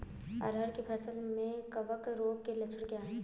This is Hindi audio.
अरहर की फसल में कवक रोग के लक्षण क्या है?